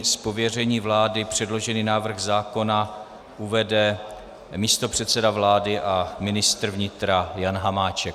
Z pověření vlády předložený návrh zákona uvede místopředseda vlády a ministr vnitra Jan Hamáček.